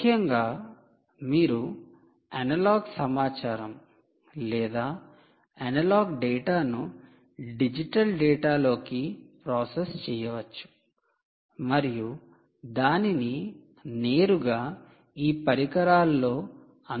ముఖ్యంగా మీరు అనలాగ్ సమాచారం లేదా అనలాగ్ డేటాను డిజిటల్ డేటాలోకి ప్రాసెస్ చేయవచ్చు మరియు దానిని నేరుగా ఈ పరికరాల్లో అందుబాటులో ఉంచవచ్చు